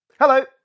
Hello